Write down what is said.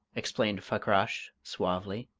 explained fakrash, suavely